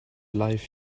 life